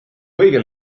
kõige